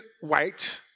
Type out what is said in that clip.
white